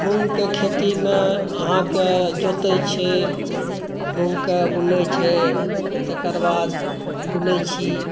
मूँगकें खेतीमे अहाँके जोतै छै मूँगके बुनै छै तकर बाद बुनै छी